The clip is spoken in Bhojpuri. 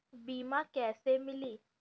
बीमा कैसे मिली?